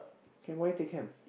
then why take chem